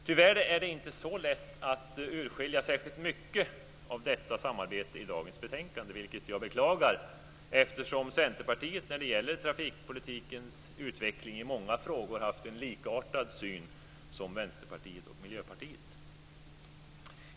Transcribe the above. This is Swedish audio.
Tyvärr är det inte så lätt att urskilja särskilt mycket av detta samarbete i dagens betänkande, vilket jag beklagar, eftersom Centerpartiet när det gäller trafikpolitikens utveckling i många frågor haft en syn likartad den som Vänsterpartiet och Miljöpartiet företräder.